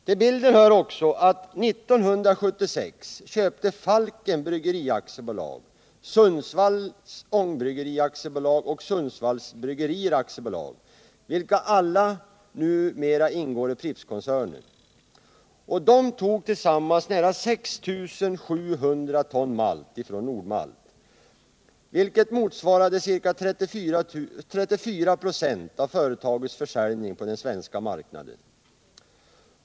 Till bilden hör att Bryggeri AB Falken år 1976 köpte Sundsvalls Ångbryggeri AB och Sundsvallsbryggerier AB; alla ingår numera i Prippskoncernen. De tog tillsammans nära 6 700 ton malt från Nord-Malt, vilket motsvarade 34 96 av företagets försäljning på den svenska marknaden.